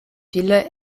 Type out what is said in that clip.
viele